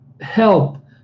help